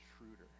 intruder